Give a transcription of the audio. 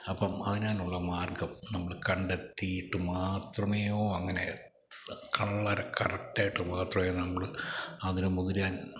അപ്പോള് അതിനാനുള്ള മാർഗ്ഗം നമ്മൾ കണ്ടെത്തിയിട്ടും മാത്രമേ യോ അങ്ങനെ വളരെ കറക്റ്റായിട്ട് മാത്രമേ നമ്മള് അതിന് മുതിരാൻ